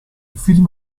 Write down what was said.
film